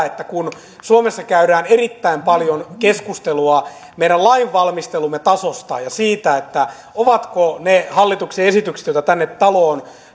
että kun suomessa käydään erittäin paljon keskustelua meidän lainvalmistelumme tasosta ja siitä ovatko ne hallituksen esitykset joita tänne taloon